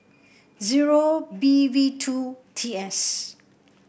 zero B V two T S